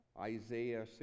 Isaiah